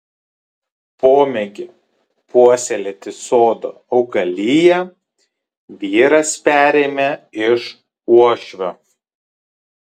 pomėgį puoselėti sodo augaliją vyras perėmė iš uošvio